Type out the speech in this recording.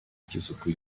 cy’isuku